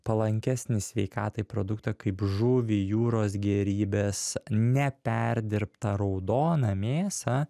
palankesnį sveikatai produktą kaip žuvį jūros gėrybes neperdirbtą raudoną mėsą